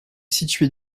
située